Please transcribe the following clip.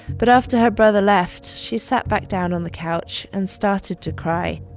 but after her brother left, she sat back down on the couch and started to cry.